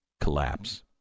Collapse